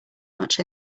much